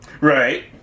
right